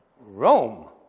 Rome